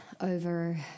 over